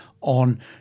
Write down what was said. on